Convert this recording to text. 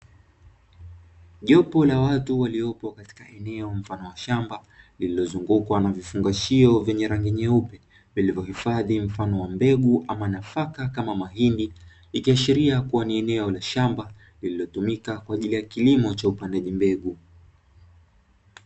Jopo la watu waliopo katika eneo mfano wa shamba lililozungukwa na vifungashio vyenye rangi nyeupe, vilivyohifadhi mfano wa mbegu ama nafaka kama mahindi, ikiashiria kuwa ni eneo la shamba lililotumika kwa ajili ya kilimo cha upandaji mbegu.